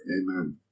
Amen